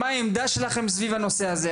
מה העמדה שלכם סביב הנושא הזה?